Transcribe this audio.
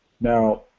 Now